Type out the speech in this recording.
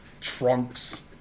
trunks